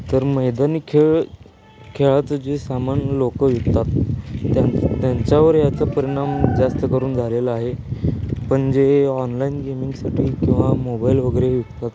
तर मैदानी खेळ खेळाचं जे सामान लोकं विकतात त्यांच्यावर याचा परिणाम जास्त करून झालेला आहे पण जे ऑनलाईन गेमिंगसाठी किंवा मोबाईल वगैरे विकतात